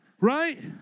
right